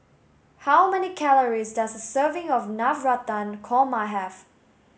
how many calories does serving of Navratan Korma have